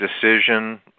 decision